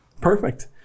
Perfect